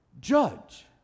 judge